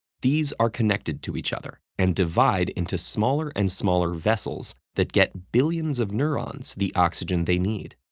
these are connected to each other, and divide into smaller and smaller vessels that get billions of neurons the oxygen they need.